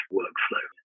workflow